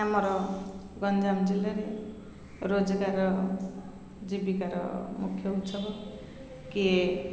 ଆମର ଗଞ୍ଜାମ ଜିଲ୍ଲାରେ ରୋଜଗାର ଜୀବିକାର ମୁଖ୍ୟ ଉତ୍ସବ କିଏ